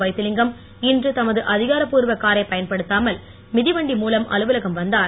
வைத்திலிங்கம் இன்று தமது அதிகாரப்பூர்வ காரைப் பயன்படுத்தாமல் மிதிவண்டி மூலம் அலுவலகம் வந்தார்